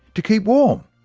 to keep warm.